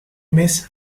miss